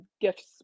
gifts